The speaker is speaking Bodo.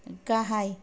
गाहाय